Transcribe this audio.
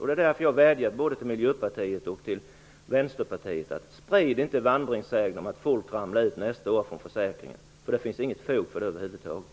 Det är därför som jag vädjar både till Miljöpartiet och till Vänsterpartiet: Sprid inte vandringssägnen om att folk ramlar ut från försäkringen under nästa år! Det finns över huvud taget inget fog för detta.